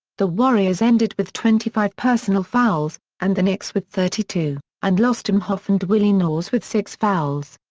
the warriors ended with twenty five personal fouls, and the knicks with thirty two, and lost imhoff and willie naulls with six fouls.